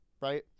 right